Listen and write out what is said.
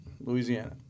Louisiana